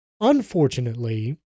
Unfortunately